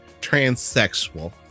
transsexual